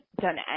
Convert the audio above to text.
done